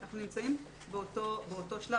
אנחנו נמצאים באותו שלב.